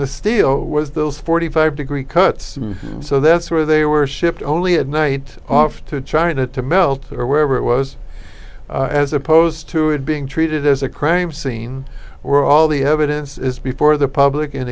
the steel was those forty five dollars degree cuts so that's where they were shipped only at night off to china to melt or wherever it was as opposed to it being treated as a crime scene where all the evidence is before the public